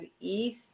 East